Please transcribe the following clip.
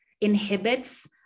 inhibits